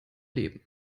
leben